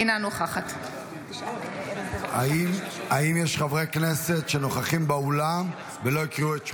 אינה נוכחת האם יש חברי כנסת שנוכחים באולם ולא הקריאו את שמותיהם?